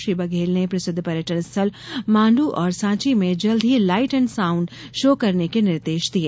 श्री बघेल ने प्रसिद्व पर्यटन स्थल माँडू और साँची में जल्दी ही लाइट एण्ड साउण्ड शो शुरू करने के निर्देश दिये